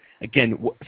Again